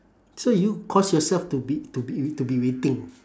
so you cause yourself to be to be to be waiting